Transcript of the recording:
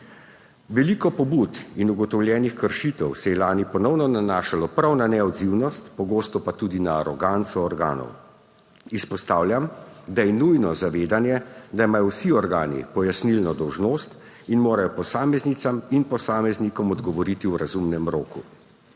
Veliko pobud in ugotovljenih kršitev se je lani ponovno nanašalo prav na neodzivnost, pogosto pa tudi na aroganco organov. Izpostavljam, da je nujno zavedanje, da imajo vsi organi pojasnilno dolžnost in morajo posameznicam in posameznikom odgovoriti v razumnem roku.